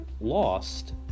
lost